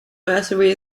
mercenary